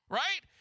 right